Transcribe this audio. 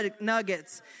nuggets